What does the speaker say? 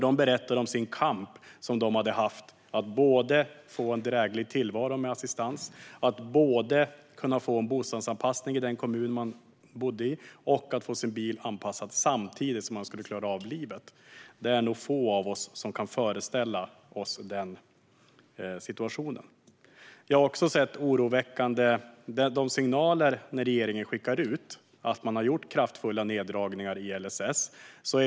De berättade om den kamp som de hade haft för att få en dräglig tillvaro med assistans, för att få en bostadsanpassning i den kommun som de bodde i och för att få sin bil anpassad samtidigt som de skulle klara av livet. Det är nog få av oss som kan föreställa oss denna situation. Jag har också sett de oroväckande signaler som regeringen har skickat ut om att man har gjort kraftfulla neddragningar i LSS.